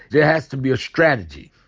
there has to be a strategy.